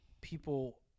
people